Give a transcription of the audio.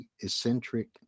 eccentric